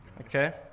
okay